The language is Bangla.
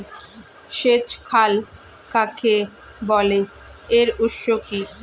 সেচ খাল কাকে বলে এর উৎস কি?